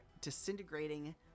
disintegrating